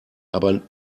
aber